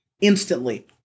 Instantly